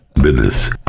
business